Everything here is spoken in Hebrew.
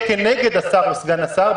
אני לא רואה כיצד ניתן לקרוא למתווה הזה,